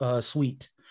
suite